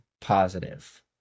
positive